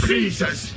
Jesus